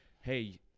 hey